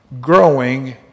growing